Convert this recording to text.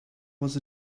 was